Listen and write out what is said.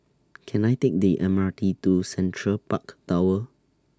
Can I Take The M R T to Central Park Tower